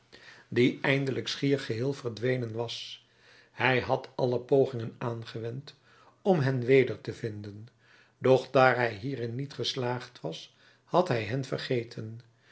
die eindelijk schier geheel verdwenen was hij had alle pogingen aangewend om hen weder te vinden doch daar hij hierin niet geslaagd was had hij hen vergeten